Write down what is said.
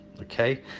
okay